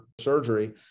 surgery